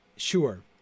Sure